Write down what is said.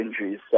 injuries